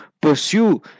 pursue